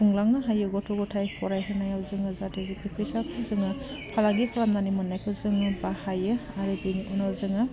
खुंलांनो हायो गथ' गथाय फराय होनायाव जोङो जाहाथे बेफोर फैसाखौ जोङो फालांगि खालामनानै मोननायखौ जोङो बाहायो आरो बिनि उनाव जोङो